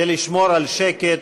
ולשמור על שקט,